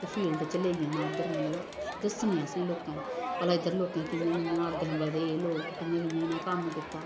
ते फील्ड च लेई जाना उद्धर मतलब दस्सने असेंगी लोकें भला इद्धर लोकें कि'यां कि'यां अग्गें बधे लोक कि'यां कि'यां इ'नें कम्म कीता